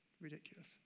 ridiculous